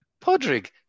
Podrick